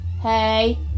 hey